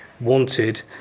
wanted